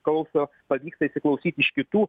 klauso pavyksta įsiklausyti iš kitų